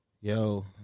Yo